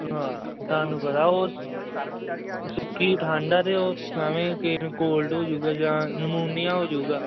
ਹਾਂ ਤੁਹਾਨੂੰ ਪਤਾ ਉਹ ਸੁੱਕੀ ਠੰਡ ਆ ਅਤੇ ਉਹ ਇਵੇਂ ਕਿ ਕੋਲਡ ਹੋ ਜੂਗਾ ਜਾ ਨਮੂਨੀਆ ਹੋ ਜਾਊਗਾ